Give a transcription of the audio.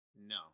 no